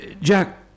Jack